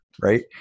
right